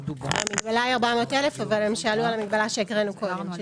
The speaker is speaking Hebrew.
המגבלה היא 400,000. אבל הם שאלו על המגבלה שהקראנו קודם,